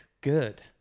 good